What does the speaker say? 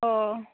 अ'